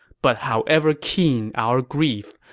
but however keen our grief,